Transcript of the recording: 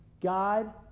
God